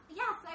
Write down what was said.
yes